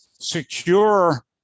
secure